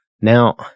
Now